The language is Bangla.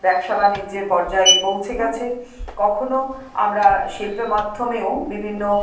ব্যবসা বাণিজ্যের পর্যায়ে পৌঁছে গেছে কখনও আমরা শিল্প মাধ্যমেও বিভিন্ন